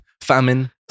famine